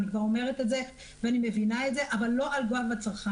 אני כבר אומרת את זה ואני מבינה את זה אבל לא על גב הצרכן.